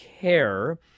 care